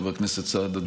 חבר הכנסת סעדה,